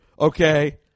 okay